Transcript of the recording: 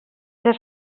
les